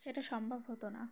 সেটা সম্ভব হতো না